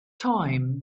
time